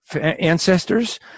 ancestors